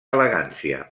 elegància